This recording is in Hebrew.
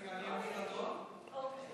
רגע, אני אמור לעלות?